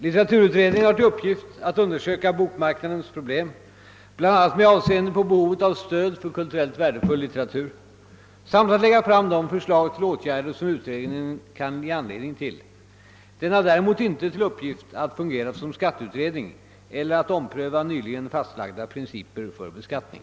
Litteraturutredningen har till uppgift att undersöka bokmarknadens problem, bl.a. med avseende på behovet av stöd för kulturellt värdefull litteratur, samt att lägga fram de förslag till åtgärder som utredningen kan ge anledning till. Den har däremot inte till uppgift att fungera som skatteutredning eller att ompröva nyligen fastlagda principer för beskattning.